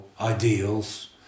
ideals